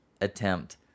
attempt